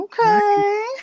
Okay